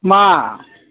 मा